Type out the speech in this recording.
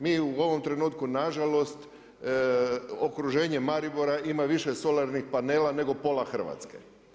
Mi u ovom trenutku nažalost, okruženje Maribora, ima više solarnih panela nego pola Hrvatske.